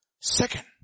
Second